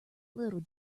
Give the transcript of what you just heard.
little